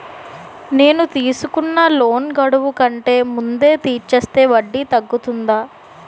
నేను తీసుకున్న లోన్ గడువు కంటే ముందే తీర్చేస్తే వడ్డీ తగ్గుతుందా?